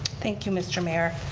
thank you, mr. mayor.